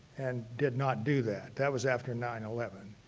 and did not do that. that was after nine eleven.